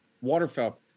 waterfowl